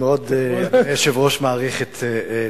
אדוני היושב-ראש, אני מאוד מעריך אותך.